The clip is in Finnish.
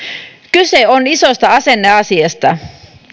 kyse on isosta asenneasiasta